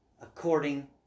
according